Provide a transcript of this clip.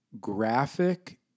graphic